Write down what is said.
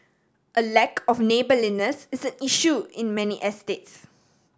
a lack of neighbourliness is an issue in many estates